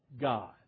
God